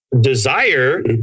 desire